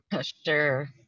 Sure